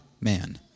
man